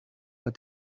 but